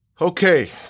Okay